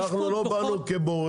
לא, אנחנו לא באנו כבוררים.